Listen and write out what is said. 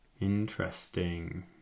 Interesting